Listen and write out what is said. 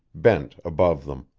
bent above them.